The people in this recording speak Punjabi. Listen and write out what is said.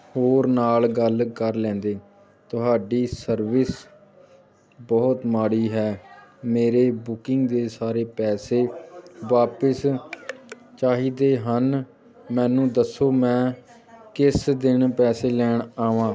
ਹੋਰ ਨਾਲ ਗੱਲ ਕਰ ਲੈਂਦੇ ਤੁਹਾਡੀ ਸਰਵਿਸ ਬਹੁਤ ਮਾੜੀ ਹੈ ਮੇਰੇ ਬੁਕਿੰਗ ਦੇ ਸਾਰੇ ਪੈਸੇ ਵਾਪਸ ਚਾਹੀਦੇ ਹਨ ਮੈਨੂੰ ਦੱਸੋ ਮੈਂ ਕਿਸ ਦਿਨ ਪੈਸੇ ਲੈਣ ਆਵਾਂ